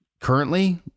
Currently